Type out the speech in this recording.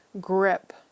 grip